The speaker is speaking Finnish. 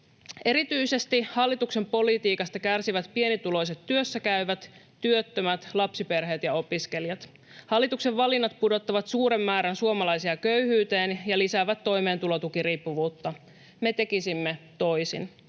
puhemies! Hallituksen politiikasta kärsivät erityisesti pienituloiset työssäkäyvät, työttömät, lapsiperheet ja opiskelijat. Hallituksen valinnat pudottavat suuren määrän suomalaisia köyhyyteen ja lisäävät toimeentulotukiriippuvuutta. Me tekisimme toisin.